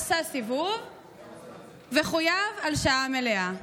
עשה סיבוב וחויב על שעה מלאה.